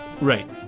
right